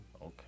Okay